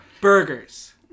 Burgers